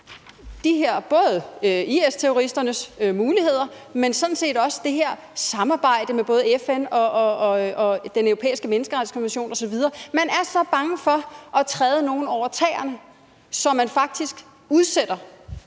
vægter både IS-terroristernes muligheder, men sådan set også det her samarbejde med FN og Den Europæiske Menneskerettighedskonvention osv. højere. Man er så bange for at træde nogle over tæerne, at man faktisk udsætter